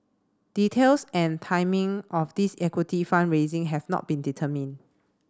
details and timing of this equity fund raising have not been determined